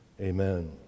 Amen